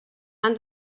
han